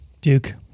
Duke